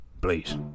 please